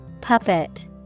Puppet